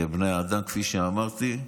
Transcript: כפי שאמרתי,